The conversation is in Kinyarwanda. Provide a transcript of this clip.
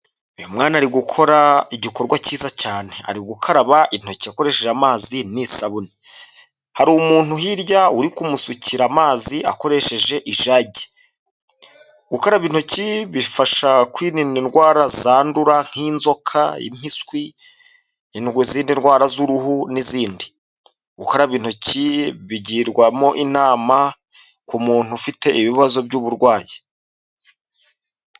Uyu mwana ari gukora igikorwa cyiza cyane ari gukaraba intoki akoresheje amazi n'isabune, hari umuntu hirya uri kumusukira amazi akoresheje ijagi. Gukaraba intoki bifasha kwirinda indwara zandura nk'inzoka, impiswi, indwara zindi ndwara z'uruhu n'izindi. Gukaraba intoki bigirwamo inama ku muntu ufite ibibazo by'uburwayi.